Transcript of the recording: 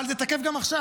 אבל זה תקף גם עכשיו,